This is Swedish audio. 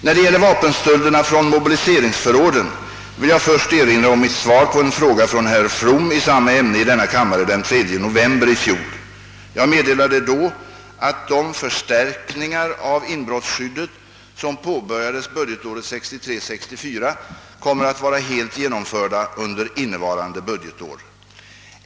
När det gäller vapenstölderna från mobiliseringsförråden vill jag först erinra om mitt svar på en fråga från herr From i samma ämne i denna kammare den 3 november 1966. Jag meddelade då att de förstärkningar av inbrottsskyddet, som påbörjades budgetåret 1963/64, kommer att vara helt genomförda under innevarande budgetår.